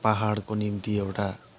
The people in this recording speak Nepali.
पाहाडको निम्ति एउटा